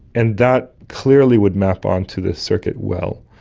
and that clearly would map onto the circuit well.